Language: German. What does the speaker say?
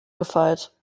gefeit